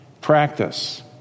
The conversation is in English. practice